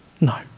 No